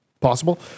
possible